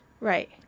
Right